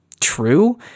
true